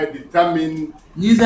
determine